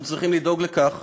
אנחנו צריכים לדאוג לכך